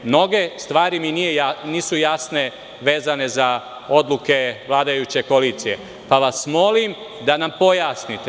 Mnoge stvari mi nisu jasne, vezane za odluke vladajuće koalicije, pa vas molim da nam pojasnite.